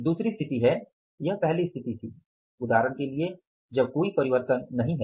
दूसरी स्थिति है यह पहली स्थिति है उदाहरण के लिए जब कोई परिवर्तन नहीं है